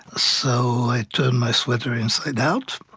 ah so i turned my sweater inside out,